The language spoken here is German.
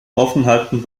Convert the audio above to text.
aufenthalten